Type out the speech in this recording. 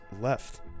left